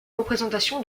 représentation